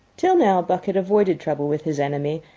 till now buck had avoided trouble with his enemy,